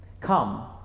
Come